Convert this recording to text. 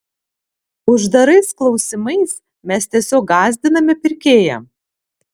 uždarais klausimais mes tiesiog gąsdiname pirkėją